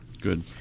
Good